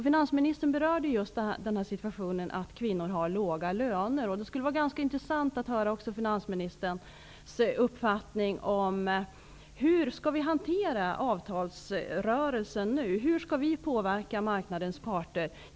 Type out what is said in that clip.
Finansministern berörde just det faktum att kvinnor har låga löner. Det skulle vara ganska intressant att få höra finansministerns uppfattning om hur vi nu skall hantera avtalsrörelsen. Hur skall vi påverka marknadens parter?